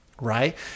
right